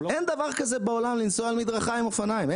אין דבר כזה בעולם לנסוע על מדרכה עם אופניים,